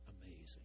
amazing